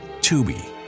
Tubi